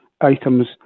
items